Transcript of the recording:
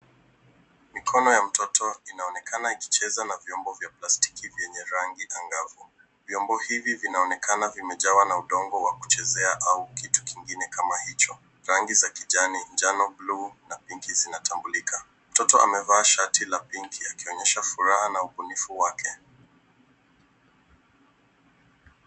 Mikono ya mtoto inaonekana ikicheza na vyombo vya plastiki vyenye rangi angavu. Vyombo hivi vinaonekana vimejawa na udongo wa kuchezea au kitu kingine kama hicho. Rangi za kijani, njano, buluu na pinki zinatambulika. Mtoto amevaa shati la pinki akionyesha furaha na ubunifu wake.